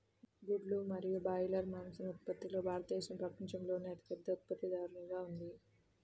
గుడ్లు మరియు బ్రాయిలర్ మాంసం ఉత్పత్తిలో భారతదేశం ప్రపంచంలోనే అతిపెద్ద ఉత్పత్తిదారుగా ఉంది